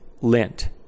lint